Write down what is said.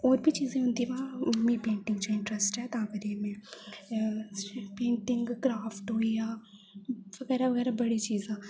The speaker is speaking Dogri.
होर बी चीजां होंदी बा मिगी पेंटिंग च इंटरस्ट ऐ तां करी में पेंटिंग क्राफ्ट होइया बगैरा बगैरा बड़ी चीजां